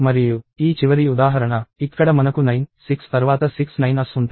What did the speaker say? మరియు ఈ చివరి ఉదాహరణ ఇక్కడ మనకు 96 తర్వాత ఆరు 9's ఉంటాయి